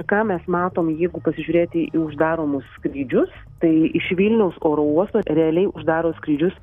ką mes matom jeigu pasižiūrėti į uždaromus skrydžius tai iš vilniaus oro uosto realiai uždaro skrydžius